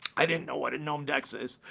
i didn't know what a gnome decks is.